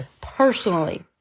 personally